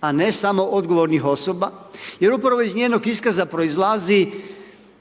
a ne samo odgovornih osoba, jer upravo iz njenog iskaza proizlazi,